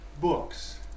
books